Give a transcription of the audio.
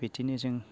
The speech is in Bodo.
बिदिनो जों